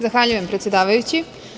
Zahvaljujem, predsedavajući.